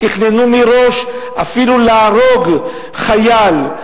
תכננו מראש אפילו להרוג חייל.